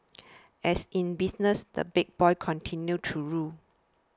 as in business the big boys continue to rule